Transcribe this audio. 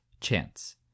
chance